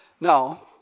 now